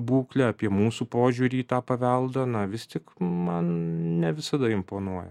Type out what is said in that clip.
būklę apie mūsų požiūrį į tą paveldą na vis tik man ne visada imponuoja